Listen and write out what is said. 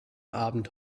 abend